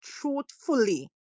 truthfully